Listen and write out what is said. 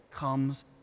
comes